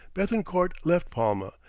bethencourt left palma,